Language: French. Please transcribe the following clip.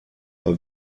pas